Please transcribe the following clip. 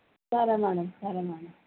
సరే మ్యాడమ్ సరే మ్యాడమ్